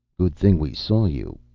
good thing we saw you,